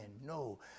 No